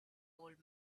old